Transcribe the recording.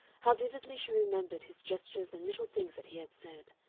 how vividly she remembered his gestures and little things that he had said.